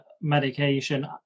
medication